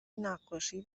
نقاشی